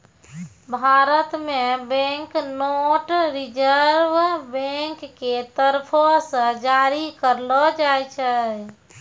भारत मे bank note reserve bank के तरफो से जारी करलो जाय छै